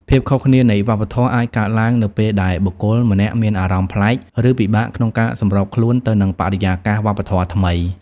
ភាពខុសគ្នានៃវប្បធម៌ អាចកើតឡើងនៅពេលដែលបុគ្គលម្នាក់មានអារម្មណ៍ប្លែក ឬពិបាកក្នុងការសម្របខ្លួនទៅនឹងបរិយាកាសវប្បធម៌ថ្មី។